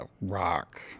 rock